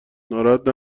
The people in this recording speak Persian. ناراحت